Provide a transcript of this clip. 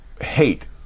hate